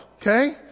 Okay